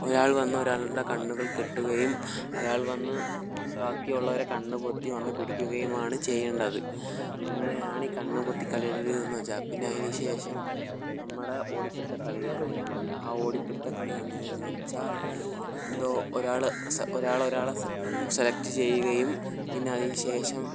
ഒരാൾ വന്ന് ഒരാളുടെ കണ്ണുകൾ കെട്ടുകയും അയാൾ വന്ന് ബാക്കി ഉള്ളവരുടെ കണ്ണ് പൊത്തി വന്ന് പിടിക്കുകയുമാണ് ചെയ്യണ്ടത് അങ്ങനെയാണ് ഈ കണ്ണുപൊത്തിക്കളിയുടെ ഒരിത് എന്ന് വെച്ചാൽ പിന്നെ അതിന് ശേഷം നമ്മുടെ ഓടി പിടിത്തക്കളി കളിയാണ് ആ ഓടി പിടിത്തകളി എങ്ങനെ എന്ന് വെച്ചാൽ എന്തോ ഒരാള് സ ഒരാള് ഒരാളെ സ് സെലക്ട് ചെയ്യുകയും പിന്നെ അതിനു ശേഷം